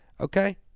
Okay